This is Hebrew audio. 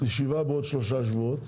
ישיבת המשך עוד שלושה שבועות.